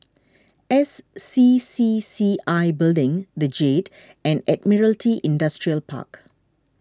S C C C I Building the Jade and Admiralty Industrial Park